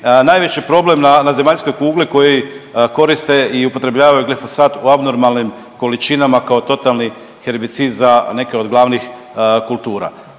najveći problem na, na zemaljskoj kugli koji koriste i upotrebljavaju glifosat u abnormalnim količinama kao totalni herbicid za neke od glavnih kultura.